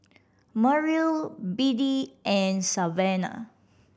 Merrill Biddie and Savanna